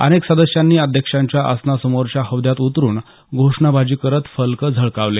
अनेक सदस्यांनी अध्यक्षांच्या आसनासमोरच्या हौद्यात उतरून घोषणाबाजी करत फलक झळकावले